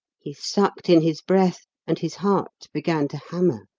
he sucked in his breath and his heart began to hammer.